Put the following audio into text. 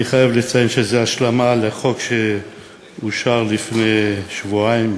אני חייב לציין שזאת השלמה לחוק שאושר לפני שבועיים,